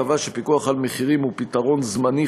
קבעה שפיקוח על מחירים הוא פתרון זמני,